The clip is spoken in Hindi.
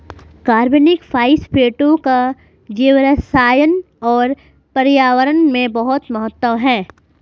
कार्बनिक फास्फेटों का जैवरसायन और पर्यावरण में बहुत महत्व है